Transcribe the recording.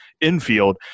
infield